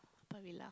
Haw-Par-Villa